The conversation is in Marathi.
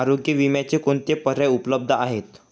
आरोग्य विम्याचे कोणते पर्याय उपलब्ध आहेत?